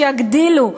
שיגדילו,